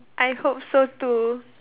I hope so too